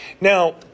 Now